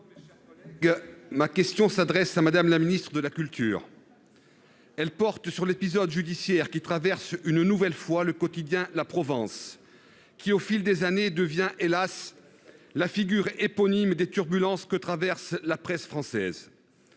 Ma question s'adresse à Madame la Ministre de la culture. Elle porte sur l'épisode judiciaire qui traverse une nouvelle fois le quotidien La Provence, qui au fil des années devient hélas la figure éponyme des turbulences que traverse la presse française